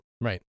Right